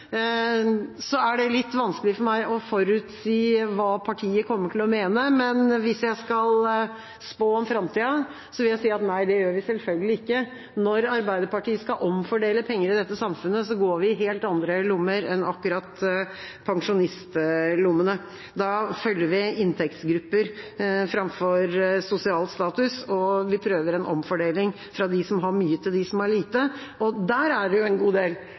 er det litt vanskelig for meg å forutsi hva partiet kommer til å mene, men hvis jeg skal spå om framtida, vil jeg si: Nei, det gjør vi selvfølgelig ikke. Når Arbeiderpartiet skal omfordele penger i dette samfunnet, går vi i helt andre lommer enn akkurat pensjonistlommene. Da følger vi inntektsgrupper framfor sosial status, og vi prøver å få til en omfordeling fra de som har mye, til de som har lite. Der er det jo en god del